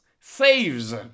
saves